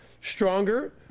stronger